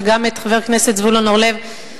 וגם את חבר הכנסת זבולון אורלב,